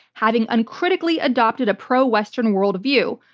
having uncritically adopted a pro-western worldview.